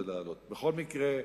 בכל מקרה,